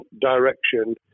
direction